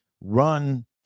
run